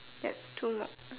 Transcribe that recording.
ya two dark